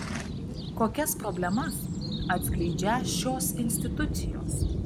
kokias problemas atskleidžią šios institucijos